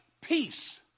peace